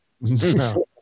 no